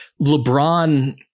LeBron